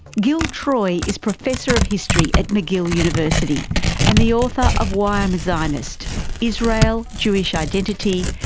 gil troy is professor of history at mcgill university and the author of why i am a zionist israel, jewish identity,